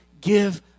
give